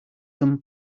some